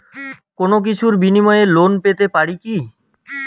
কোনো কিছুর বিনিময়ে লোন পেতে পারি কি?